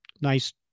nice